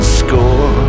score